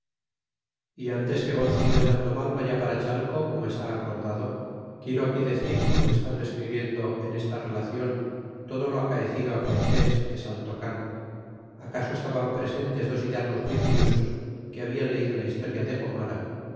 y antes que gonzalo de sandoval vaya para chalco como está acordado quiero aquí decir como estando escribiendo en esta relacion todo lo acaecido cortés de saltocan acaso estaban presentes dos hidalgos muy curiosos que habían leido la historia de gornara